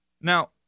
Now